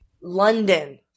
London